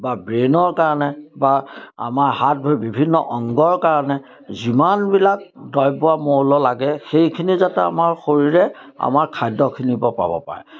বা ব্ৰেইনৰ কাৰণে বা আমাৰ হাত ভৰি বিভিন্ন অংগৰ কাৰণে যিমানবিলাক দ্ৰব্য মৌল লাগে সেইখিনি যাতে আমাৰ শৰীৰে আমাৰ খাদ্যখিনিৰ পৰা পাব পাৰে